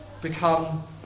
become